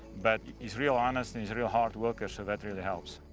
but he's real honest and he's a real hard worker so that really helps.